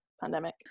pandemic